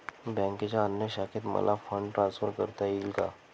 बँकेच्या अन्य शाखेत मला फंड ट्रान्सफर करता येईल का?